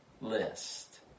list